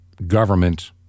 government